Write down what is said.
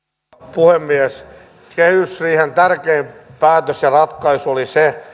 puhemies kehysriihen tärkein päätös ja ratkaisu oli se